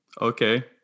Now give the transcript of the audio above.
okay